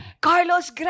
Carlos